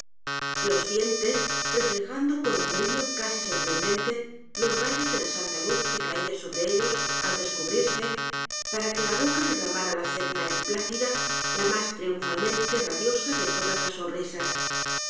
los dientes reflejando con un brillo casi sorprendente los rayos de la santa luz que caía sobre ellos al descubrirse p a r a que la boca d e r r a m a r a la serena y plácida la más triunfalmente radiosa de todas las sonrisas